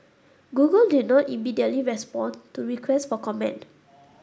Google did not immediately respond to requests for comment